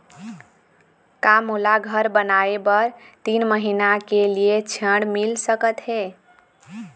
का मोला घर बनाए बर तीन महीना के लिए ऋण मिल सकत हे?